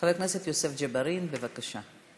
חבר הכנסת יוסף ג'בארין, בבקשה.